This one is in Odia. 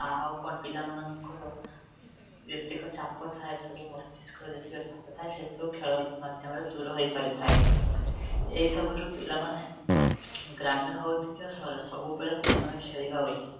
ଆଉ କଣ ପିଲାମାନଙ୍କର ଯେତେକ ଚାପ ଥାଏ ସବୁ ମସ୍ତିଷ୍କରେ ଯେତିକ ଚାପ ଥାଏ ସେ ସବୁ ଖେଳ ମାଧ୍ୟମରେ ଦୂର ହୋଇପାରିଥାଏ ଏଇ ସବୁରୁ ପିଲାମାନେ ଗ୍ରାମୀଣ ହଅନ୍ତୁ କି ସହର ସବୁବେଳେ ପିଲାମାନେ ଖେଳିବା ଉଚିତ୍